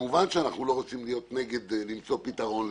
כמובן שאנחנו רוצים למצוא לזה פתרון,